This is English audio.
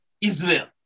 Israel